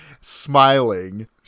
smiling